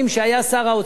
שהיה שר האוצר,